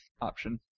option